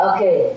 Okay